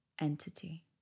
entity